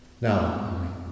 Now